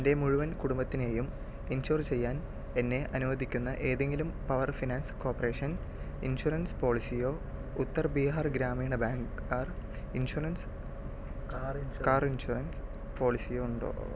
എൻ്റെ മുഴുവൻ കുടുംബത്തിനെയും ഇൻഷുർ ചെയ്യാൻ എന്നെ അനുവദിക്കുന്ന എന്തെങ്കിലും പവർ ഫിനാൻസ് കോർപ്പറേഷൻ ഇൻഷുറൻസ് പോളിസിയോ Uttar Bihar Gramin bank car insurance insurance പോളിസിയോ ഉണ്ടോ